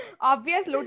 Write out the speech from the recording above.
obvious